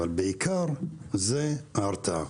אבל בעיקר זה ההרתעה.